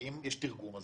כי אם יש תרגום,